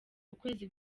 ukwezi